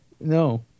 No